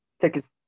Tickets